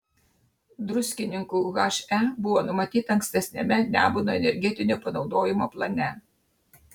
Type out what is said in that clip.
druskininkų he buvo numatyta ankstesniame nemuno energetinio panaudojimo plane